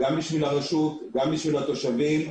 גם בשביל הרשות, גם בשביל התושבים.